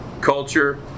Culture